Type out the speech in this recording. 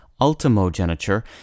ultimogeniture